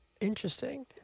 Interesting